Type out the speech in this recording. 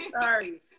sorry